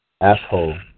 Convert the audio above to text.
Asshole